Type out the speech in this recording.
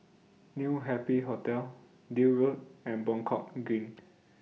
New Happy Hotel Deal Road and Buangkok Green